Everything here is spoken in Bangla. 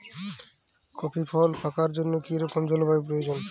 কফি ফল পাকার জন্য কী রকম জলবায়ু প্রয়োজন?